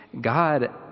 God